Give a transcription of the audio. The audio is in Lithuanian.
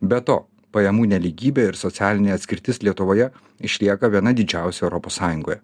be to pajamų nelygybė ir socialinė atskirtis lietuvoje išlieka viena didžiausių europos sąjungoje